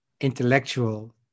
intellectual